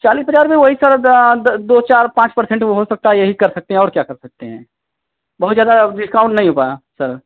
चालीस हज़ार में वही सर दो चार पाँच परसेंट में हो सकता है यही कर सकते हैं और क्या कर सकते हैं बहुत ज़्यादा डिस्काउन्ट नहीं होगा सर